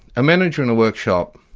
a manager in a workshop